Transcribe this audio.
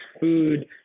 food